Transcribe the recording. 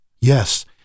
Yes